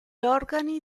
organi